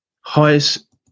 highest